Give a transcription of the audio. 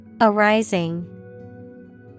Arising